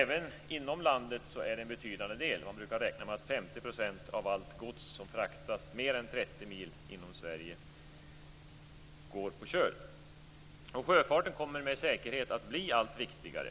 Även inom landet utgör dessa en betydande del. Man brukar räkna med att 50 % av allt gods som fraktas mer än 30 mil inom Sverige går på köl. Sjöfarten kommer också med säkerhet att bli allt viktigare.